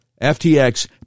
FTX